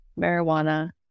marijuana